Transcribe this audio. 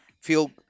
feel